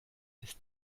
ist